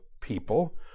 people